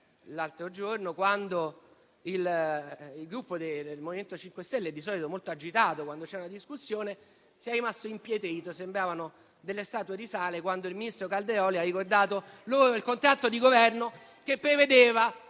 qualche giorno fa quando il Gruppo MoVimento 5 Stelle, di solito molto agitato quando c'è una discussione, è rimasto impietrito - sembravano statue di sale - quando il ministro Calderoli ha ricordato il contratto di Governo che prevedeva